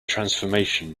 transformation